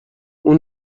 اون